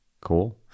Cool